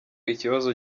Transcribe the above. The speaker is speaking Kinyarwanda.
ikibazo